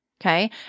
okay